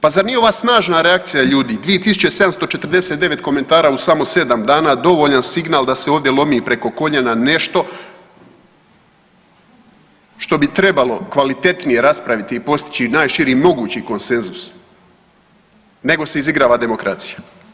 Pa zar nije ova snažna reakcija ljudi 2749 komentara u samo 7 dana dovoljan signal da se ovdje lomi preko koljena nešto što bi trebalo kvalitetnije raspraviti i postići najširi mogući konsenzus nego se izigrava demokracija.